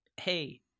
hey